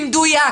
במדויק